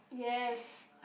yes